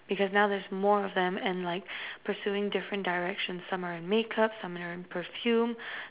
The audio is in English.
because now there's more of them and like pursuing different directions some are in makeup some are in perfume